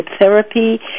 Therapy